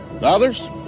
others